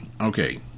Okay